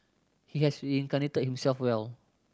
he has reincarnated himself well